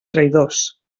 traïdors